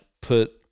put